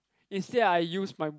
instead I use my